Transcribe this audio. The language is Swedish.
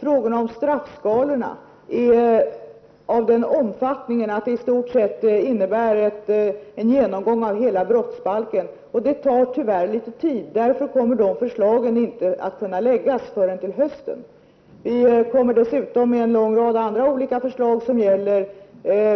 Frågorna om straffskalorna är av den omfattningen att de i stort sett innebär en genomgång av hela brottsbalken, och det tar tyvärr litet tid. Därför kommer de förslagen inte att kunna läggas fram förrän till hösten. Vi kommer dessutom med en rad andra förslag som gäller